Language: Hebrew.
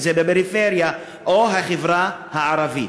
אם בפריפריה אם בחברה הערבית.